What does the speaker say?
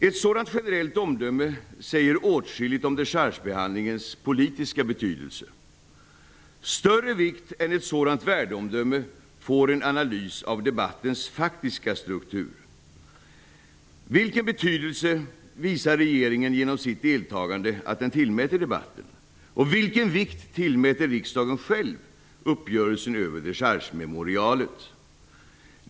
Ett sådant generellt omdöme säger åtskilligt om dechargebehandlingens politiska betydelse. Större vikt än ett sådant värdeomdöme får en analys av debattens faktiska struktur. Vilken betydelse visar regeringen genom sitt deltagande att den tillmäter debatten? Och vilken vikt tillmäter riksdagen själv uppgörelsen över dechargememorialet?